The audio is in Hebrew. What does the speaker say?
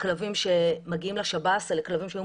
הכלבים שמגיעים לשב"ס אלה כלבים שהיו